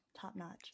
top-notch